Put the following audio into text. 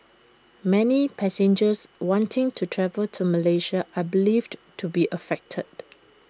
many passengers wanting to travel to Malaysia are believed to be affected